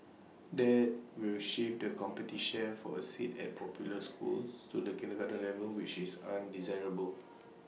that will shift the competition for A seat at popular schools to the kindergarten level which is undesirable